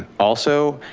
also